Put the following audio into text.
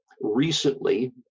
Recently